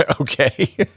okay